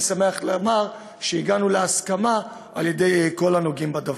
אני שמח לומר שהגענו להסכמה עם כל הנוגעים בדבר.